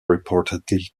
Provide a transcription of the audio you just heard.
reportedly